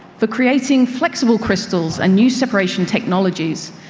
for creating flexible crystals and new separation technologies,